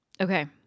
Okay